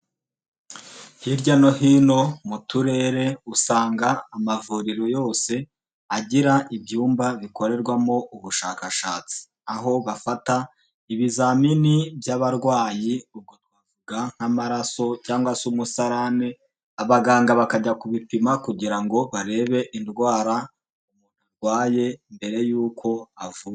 Hirya no hino mu turere usanga amavuriro yose agira ibyumba bikorerwamo ubushakashatsi, aho bafata ibizamini by'abarwayi twavuga nk'amaraso cyangwa se umusarane, abaganga bakajya kubipima kugira ngo barebe indwara arwaye mbere yuko avuka.